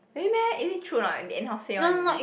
really meh is it true not they anyhow say one is it